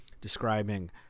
describing